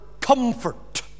comfort